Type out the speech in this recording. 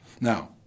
Now